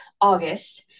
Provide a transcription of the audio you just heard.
August